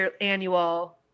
annual